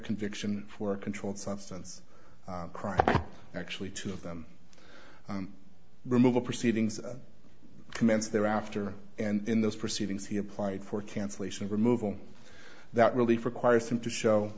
conviction for a controlled substance crimes actually two of them removal proceedings commenced thereafter and in those proceedings he applied for cancellation of removal that relief requires him to show